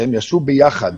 שהם יצאו ביחד